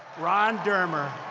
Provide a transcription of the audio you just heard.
ron dermer.